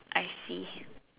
I see